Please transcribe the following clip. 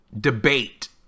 debate